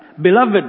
Beloved